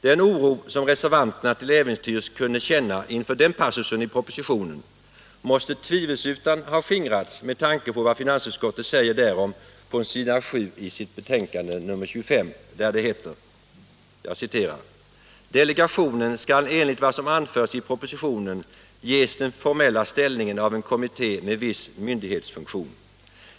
Den oro som reservanterna till äventyrs kunde känna inför den passusen i propositionen måste tvivelsutan ha skingrats med tanke på vad finansutskottet säger därom på s. 7 i betänkandet nr 25: ”Delegationen skall enligt vad som anförs i propositionen ges den formella ställningen av en kommitté med viss myndighetsfunktion.